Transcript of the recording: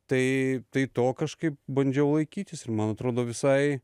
tai tai to kažkaip bandžiau laikytis ir man atrodo visai